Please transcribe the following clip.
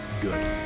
Good